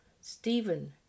Stephen